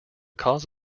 cause